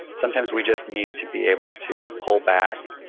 sometimes we just need to be able to pull back,